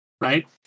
right